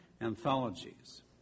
anthologies